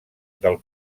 del